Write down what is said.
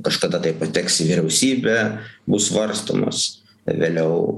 kažkada tai pateks į vyriausybę bus svarstomas vėliau